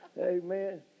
Amen